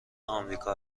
آمریکا